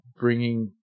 bringing